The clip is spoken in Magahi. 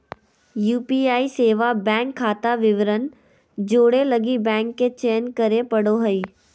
यू.पी.आई सेवा बैंक खाता विवरण जोड़े लगी बैंक के चयन करे पड़ो हइ